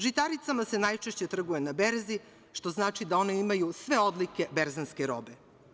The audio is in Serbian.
Žitaricama se najčešće trguje na berzi, što znači da one imaju sve odlike berzanske robe.